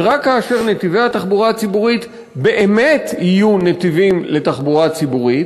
ורק כאשר נתיבי התחבורה הציבורית באמת יהיו נתיבים לתחבורה ציבורית,